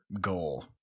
goal